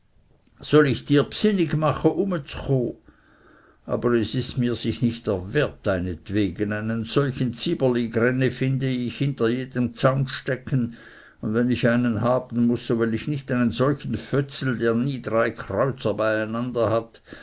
soll ich dir dbsinnig mache umezcho aber es ist mir sich nicht der wert deinetwegen einen solchen zyberligränni finde ich hinter jedem zaunstecken und wenn ich einen haben muß so will ich nicht einen solchen fötzel der nie drei kreuzer beieinander hat